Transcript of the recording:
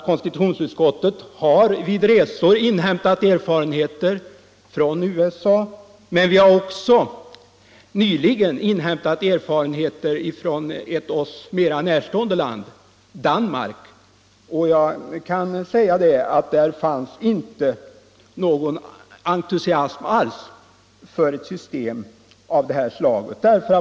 Konstitutionsutskottet har vid resor inhämtat erfarenheter från USA men också nyligen från ett oss mer närstående land, nämligen Danmark. Där fanns inte någon entusiasm för ett system av detta slag.